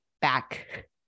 back